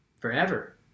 forever